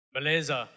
Beleza